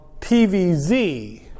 PVZ